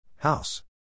House